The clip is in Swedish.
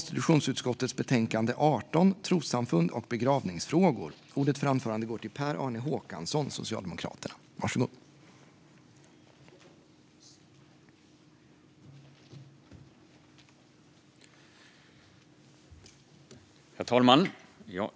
Herr talman!